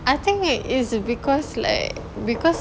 I think it is because like because